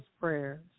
prayers